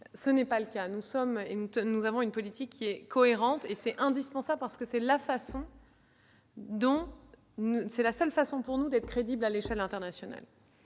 tel n'est pas le cas. Notre politique est cohérente. C'est indispensable, car c'est la seule façon pour nous d'être crédibles à l'échelle internationale.